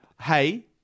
hey